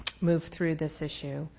move through this issue,